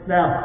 Now